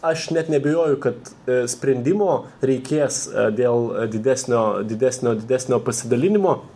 aš net neabejoju kad sprendimo reikės dėl didesnio didesnio didesnio pasidalinimo